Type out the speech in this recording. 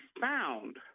found